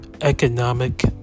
economic